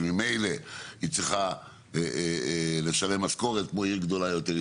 שממילא היא צריכה לשלם משכורת כמו עיר גדולה יותר,